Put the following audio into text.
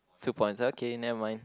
two points okay nevermind